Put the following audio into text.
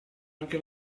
anche